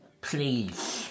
Please